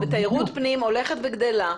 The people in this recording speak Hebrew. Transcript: תיירות הפנים הולכת וגדלה,